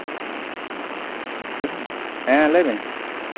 ᱦᱮᱸ ᱞᱟᱹᱭ ᱵᱮᱱ